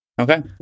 Okay